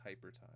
hypertime